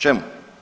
Čemu?